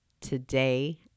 Today